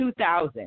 2000